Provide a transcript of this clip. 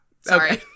Sorry